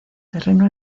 terreno